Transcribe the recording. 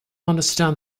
understand